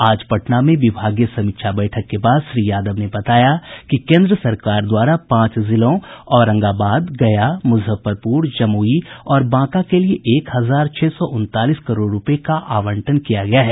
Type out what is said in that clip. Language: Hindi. आज पटना में विभागीय समीक्षा बैठक के बाद श्री यादव ने बताया कि केंद्र सरकार द्वारा पांच जिलों औरंगाबाद गया मुजफ्फरपुर जमुई और बांका के लिए एक हजार छह सौ उनतालीस करोड़ रूपये का आवंटन किया गया है